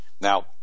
Now